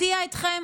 אפתיע אתכם,